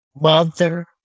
mother